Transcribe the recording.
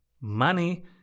money